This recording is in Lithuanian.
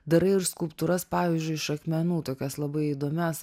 darai ir skulptūras pavyzdžiui iš akmenų tokias labai įdomias